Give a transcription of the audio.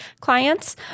clients